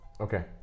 Okay